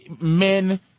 men